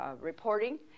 reporting